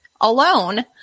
alone